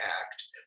act